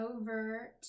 over